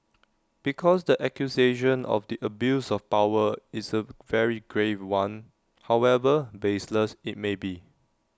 because the accusation of the abuse of power is A very grave one however baseless IT may be